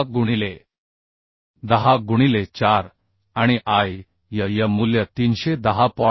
6 गुणिले 10 गुणिले 4 आणि I y y मूल्य 310